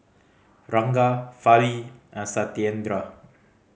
Ranga Fali and Satyendra